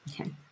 Okay